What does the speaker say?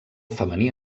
femení